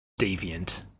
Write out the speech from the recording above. deviant